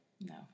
no